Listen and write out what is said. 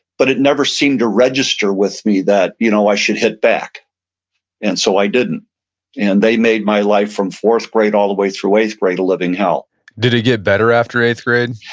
but it never seemed to register with me that you know i should hit back and so i didn't and they made my life from fourth grade all the way through eighth grade a living hell did it get better after eighth grade?